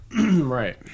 Right